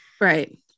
right